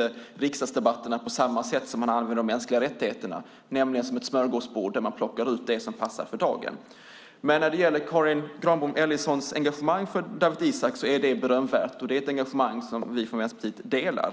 grann använder riksdagsdebatterna som de mänskliga rättigheterna, nämligen som ett smörgåsbord där man plockar ut det som för dagen passar. Men Karin Granbom Ellisons engagemang för Dawit Isaac är berömvärt - ett engagemang som vi i Vänsterpartiet delar.